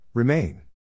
Remain